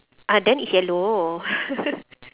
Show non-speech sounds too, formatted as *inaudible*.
ah then it's yellow *laughs*